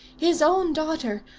his own daughter,